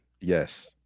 Yes